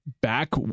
back